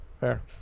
Fair